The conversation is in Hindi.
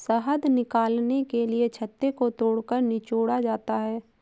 शहद निकालने के लिए छत्ते को तोड़कर निचोड़ा जाता है